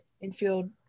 infield